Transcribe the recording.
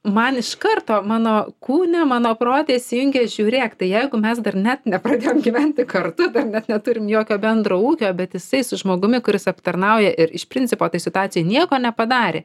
man iš karto mano kūne mano prote įsijungė žiūrėk tai jeigu mes dar net nepradėjom gyventi kartu dar neturim jokio bendro ūkio bet jisai su žmogumi kuris aptarnauja ir iš principo toj situacijoj nieko nepadarė